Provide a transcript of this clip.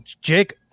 jake